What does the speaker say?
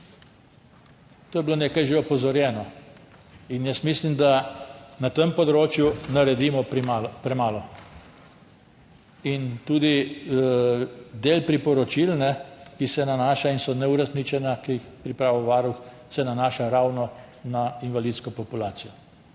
to je bilo nekaj že opozorjeno. Mislim, da na tem področju naredimo premalo. Tudi del priporočil, ki se nanaša in so neuresničena, ki jih je pripravil Varuh, se nanaša ravno na invalidsko populacijo,